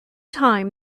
time